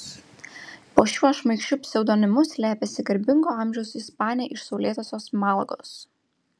po šiuo šmaikščiu pseudonimu slepiasi garbingo amžiaus ispanė iš saulėtosios malagos